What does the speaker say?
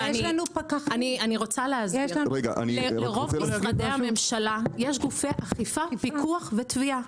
אני רוצה להסביר: לרוב משרדי הממשלה יש גופי אכיפה עם פיקוח ותביעה.